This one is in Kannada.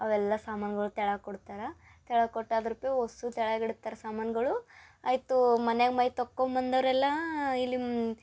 ಅವೆಲ್ಲ ಸಾಮಾನುಗಳು ತೆಳಗೆ ಕೊಡ್ತಾರ ತೆಳಗೆ ಕೊಟ್ಟು ಅದ್ರುಪೆ ವಸ್ಸು ತೆಳಗೆ ಇಡ್ತಾರ ಸಾಮಾನುಗಳು ಆಯಿತು ಮನೆಗೆ ಮೈ ತೊಳ್ಕೊ ಬಂದೋರು ಎಲ್ಲ ಇಲ್ಲಿ